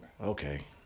okay